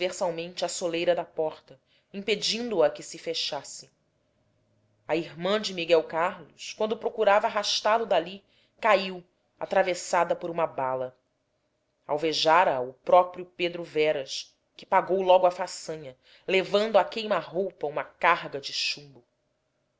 transversalmente à soleira da porta impedindo a que se fechasse a irmã de miguel carlos quando procurava arrastá lo dali caiu atravessada por uma bala alvejara a o próprio pedro veras que pagou logo a façanha levando a queima-roupa uma carga de chumbo